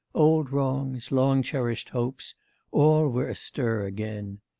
old wrongs, long cherished hopes all were astir again.